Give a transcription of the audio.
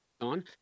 on